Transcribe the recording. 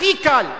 הכי קל.